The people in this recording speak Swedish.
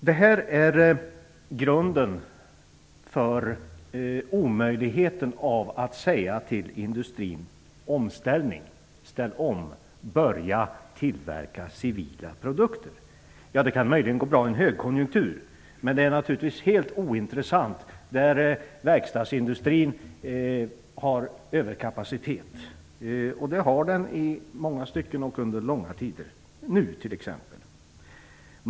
På denna grund är det omöjligt att säga till industrin: "Ställ om, börja tillverka civila produkter." Det kan möjligen gå bra i en högkonjunktur, men det är ju helt ointressant när verkstadsindustrin har överkapacitet. Det har den i många stycken och under långa tider - t.ex. nu.